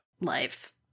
life